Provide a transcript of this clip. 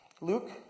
Luke